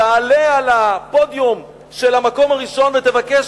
תעלה על הפודיום של המקום הראשון ותבקש: